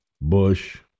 Bush